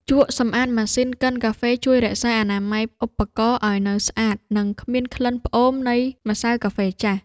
ជក់សម្អាតម៉ាស៊ីនកិនកាហ្វេ ជួយរក្សាអនាម័យឧបករណ៍ឱ្យនៅស្អាត និងគ្មានក្លិនផ្អូមនៃម្សៅកាហ្វេចាស់។